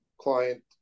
client